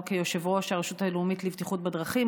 כיושב-ראש הרשות הלאומית לבטיחות בדרכים.